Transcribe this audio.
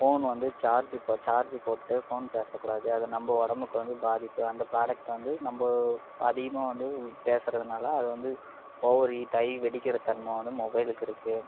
phone வந்து சார்ஜி சார்ஜி போட்டு ஃபோன் பேசக்கூடாது அது நம்ம உடம்புக்கு வந்து பாதிப்பு அந்த ப்ராடக்ட் வந்து நம்ம அதிகமாக வந்து பேசுறதினால அதை வந்து ஓவர் ஹீட்டாகி வெடிக்கிற தன்மை வந்து மொபைலுக்கு இருக்கு